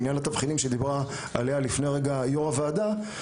בעניין התבחינים שדיברה עליהם הרגע יו"ר הוועדה.